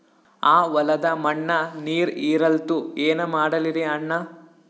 ಆ ಹೊಲದ ಮಣ್ಣ ನೀರ್ ಹೀರಲ್ತು, ಏನ ಮಾಡಲಿರಿ ಅಣ್ಣಾ?